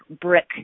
brick